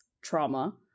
trauma